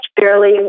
barely